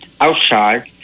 outside